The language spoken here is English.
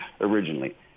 originally